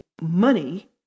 money